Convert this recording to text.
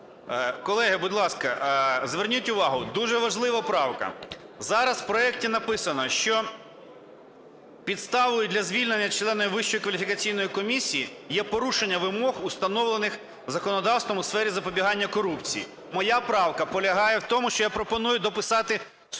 Колеги, будь ласка, зверніть увагу, дуже важлива правка. Зараз в проекті написано, що підставою для звільнення члену Вищої кваліфікаційної комісії є порушення вимог, встановлених законодавством у сфері запобігання корупції. Моя правка полягає в тому, що я пропоную дописати "суттєве